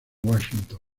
washington